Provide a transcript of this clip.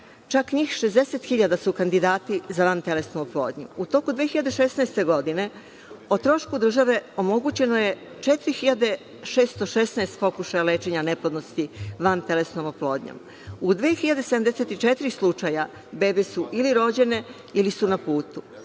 čak njih 60 hiljada su kandidati za vantelesnu oplodnju. U toku 2016. godine o trošku države omogućeno je 4.616 pokušaja lečenja neplodnosti vantelesnom oplodnjom. U 2.074 slučaja bebe su ili rođene ili su na putu.